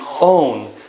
own